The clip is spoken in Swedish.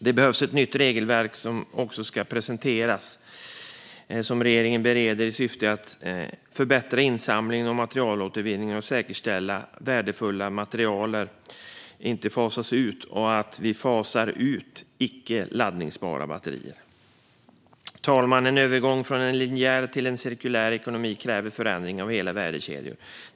Det behövs ett nytt regelverk, som regeringen bereder, i syfte att förbättra insamling och materialåtervinning och att säkerställa återvinning av värdefulla material samt att vi fasar ut icke laddbara batterier. Fru talman! En övergång från en linjär till en cirkulär ekonomi kräver förändring av hela värdekedjor.